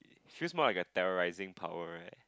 she might got terrorising power right